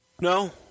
No